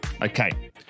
Okay